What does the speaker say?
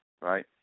right